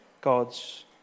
God's